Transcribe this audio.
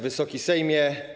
Wysoki Sejmie!